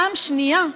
פעם שנייה,